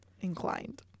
inclined